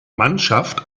mannschaft